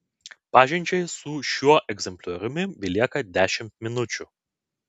pažinčiai su šiuo egzemplioriumi belieka dešimt minučių